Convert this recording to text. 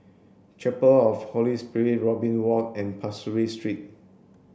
chapel of the Holy Spirit Robin Walk and Pasir Ris Street